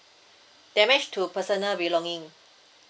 damage to personal belonging